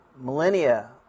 millennia